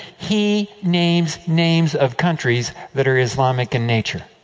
he names names of countries that are islamic in nature.